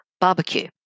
barbecue